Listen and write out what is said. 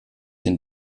den